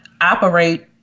operate